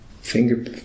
Finger